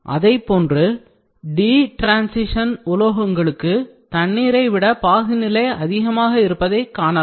அதேபோன்று d transition உலோகங்களுக்கு தண்ணீரை விட பாகுநிலை அதிகமாக இருப்பதை காணலாம்